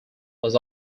was